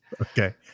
Okay